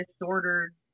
disordered